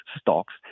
stocks